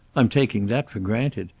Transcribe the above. i'm taking that for granted.